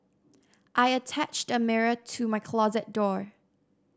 I attached a mirror to my closet door